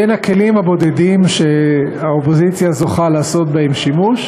בין הכלים הבודדים שהאופוזיציה זוכה לעשות בהם שימוש,